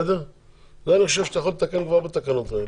זה אני חושב שאתה יכול לתקן כבר בתקנות האלה.